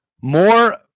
More